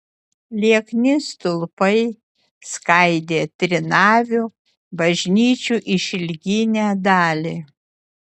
liekni stulpai skaidė trinavių bažnyčių išilginę dalį